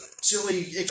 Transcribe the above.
silly